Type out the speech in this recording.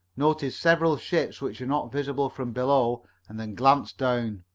noted several ships which were not visible from below and then glanced down.